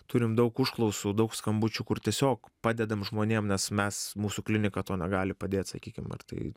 turim daug užklausų daug skambučių kur tiesiog padedam žmonėm nes mes mūsų kliniką to negali padėt sakykim ar tai